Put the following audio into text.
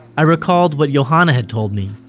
i recalled what yohanna had told me.